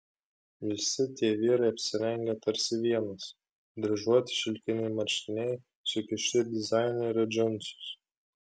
visi tie vyrai apsirengę tarsi vienas dryžuoti šilkiniai marškiniai sukišti į dizainerio džinsus